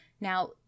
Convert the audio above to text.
Now